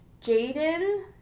Jaden